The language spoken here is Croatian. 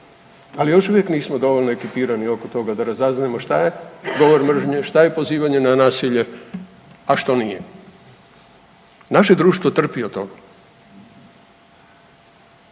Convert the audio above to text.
ali još uvijek nismo dovoljno ekipirani oko toga da razaznajemo šta je govor mržnje, šta je pozivanje na nasilje, a što nije. Naše društvo trpi od toga,